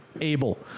Able